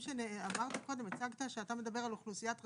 קודם הצגת שאתה מדבר על אוכלוסיית רווחה,